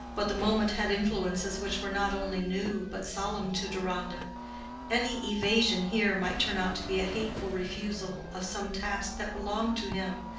but the moment had influences which were not only new but solemn to deronda any evasion here might turn out to be a hateful refusal of some task that belonged to him,